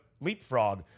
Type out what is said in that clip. leapfrog